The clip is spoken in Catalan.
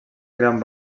creant